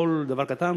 כל דבר קטן,